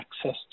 access